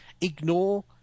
ignore